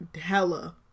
Hella